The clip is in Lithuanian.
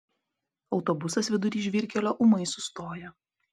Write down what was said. autobusas vidury žvyrkelio ūmai sustoja